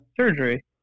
surgery